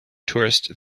tourist